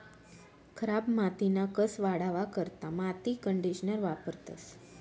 खराब मातीना कस वाढावा करता माती कंडीशनर वापरतंस